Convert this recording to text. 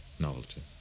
Novelty